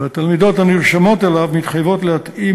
והתלמידות הנרשמות אליו מתחייבות להתאים